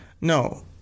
no